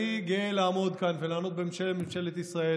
אני גאה לעמוד כאן ולענות בשם ממשלת ישראל,